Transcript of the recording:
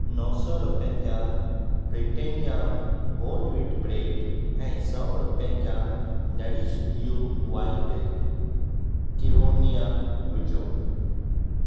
नौ सौ रुपियनि जा ब्रिटैनिया होल वीट ब्रेड ऐं सौ रुपियनि जा नरिश यू वाइट क्विनोआ विझो